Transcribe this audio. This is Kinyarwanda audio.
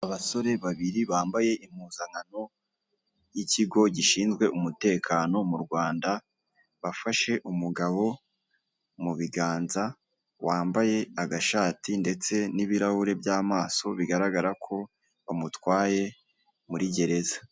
Abasore babiri bambaye impuzankano yikigo gishinzwe umutekano mu Rwanda, bafashe umugabo mu biganza wambaye agashati ndetse n'ibirahure byamaso bigaragara ko bamutwaye muri gereza.